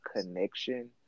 connection